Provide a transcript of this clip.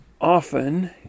often